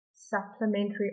supplementary